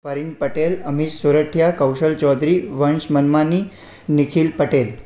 Pareen Patel Amit Surathiya Kaushal Chaudhary Vansh Manwani Nikhil Patel